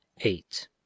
eight